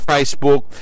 Facebook